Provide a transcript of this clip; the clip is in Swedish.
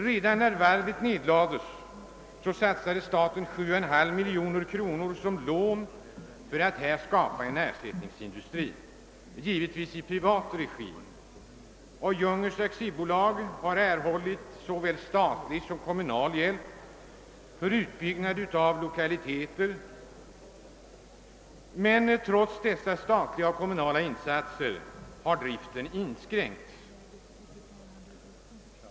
Redan då varvet lades ned satsade staten 7,5 miljoner kronor som lån för att här skapa en ersättningsindustri — givetvis i privat regi — och Jungners AB har erhållit såväl statlig som kommunal bjälp för utbyggnad av lokaliteterna. Trots dessa statliga och kommunala insatser har driften inskränkts.